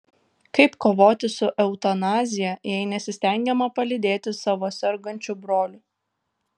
kaip kovoti su eutanazija jei nesistengiama palydėti savo sergančių brolių